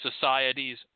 societies